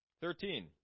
Thirteen